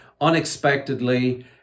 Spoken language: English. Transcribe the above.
unexpectedly